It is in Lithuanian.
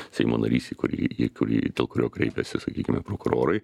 seimo narys į kurį į kurį dėl kurio kreipiasi sakykime prokurorai